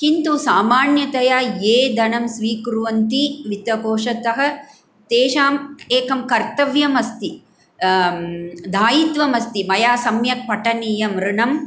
किन्तु सामान्यतया ये धनं स्वीकुर्वन्ति वित्तकोशतः तेषाम् एकं कर्तव्यम् अस्ति दायित्वम् अस्ति मया सम्यक् पठनीयम् ऋणं